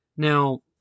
Now